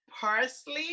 parsley